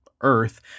earth